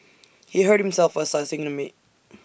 he hurt himself while slicing the meat